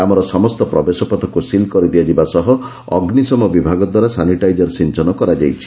ଗ୍ରାମର ସମସ୍ତ ପ୍ରବେଶ ପଥକୁ ସିଲ୍ କରିଦିଆଯିବା ସହ ଅଗୁିଶମ ବିଭାଗ ଦ୍ୱାରା ସାନିଟାଇଜର ସିଅନ କରାଯାଇଛି